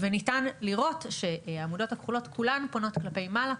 ניתן לראות שכל העמודות הכחולות פונות כלפי מעלה.